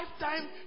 lifetime